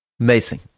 Amazing